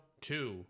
two